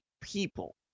people